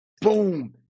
Boom